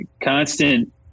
constant